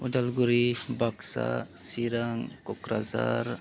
Udalguri Baksa Chirang Kokrajhar